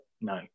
No